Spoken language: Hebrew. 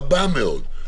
רבה מאוד,